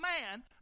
man